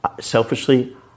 selfishly